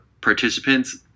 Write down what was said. participants